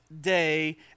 day